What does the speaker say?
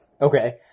Okay